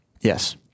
Yes